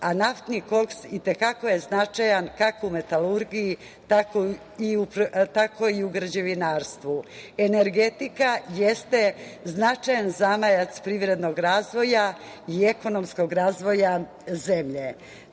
a naftni koks i te kako je značajan kako u metalurgiji, tako i u građevinarstvu. Energetika jeste značajan zamajac privrednog razvoja i ekonomskog razvoja zemlje. Takođe,